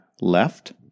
left